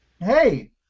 hey